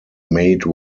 made